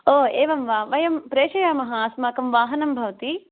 ओ एवं वा वयं प्रेषयामः अस्माकं वाहनं भवति